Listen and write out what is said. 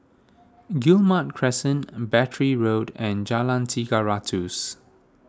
Guillemard Crescent Battery Road and Jalan Tiga Ratus